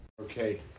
Okay